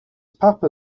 papa